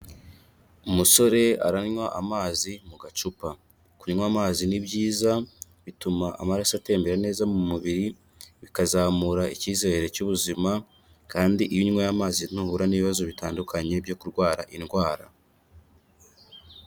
Umusore aranywa amazi mu gacupa, kunywa amazi ni byiza, bituma amaraso atembera neza mu mubiri, bikazamura icyizere cy'ubuzima kandi iyo unyweye amazi ntuhura n'ibibazo bitandukanye byo kurwara indwara.